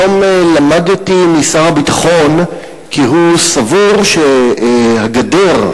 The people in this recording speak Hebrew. היום למדתי משר הביטחון כי הוא סבור שהגדר,